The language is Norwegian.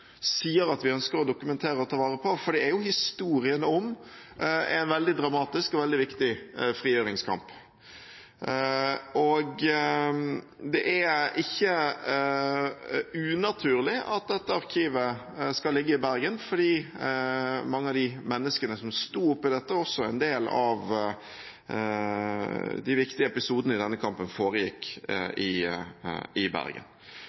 sier at vi ønsker å dokumentere og ta vare på. Det er historien om en veldig dramatisk og veldig viktig frigjøringskamp. Det er ikke unaturlig at dette arkivet skal ligge i Bergen, på grunn av mange av de menneskene som sto oppe i dette, og også fordi en del av de viktige episodene i denne kampen foregikk i Bergen.